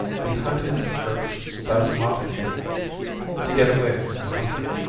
the hunted jerked spasmodically to get away from the hunter.